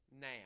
now